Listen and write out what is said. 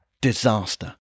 disaster